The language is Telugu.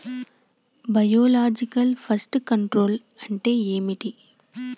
బయోలాజికల్ ఫెస్ట్ కంట్రోల్ అంటే ఏమిటి?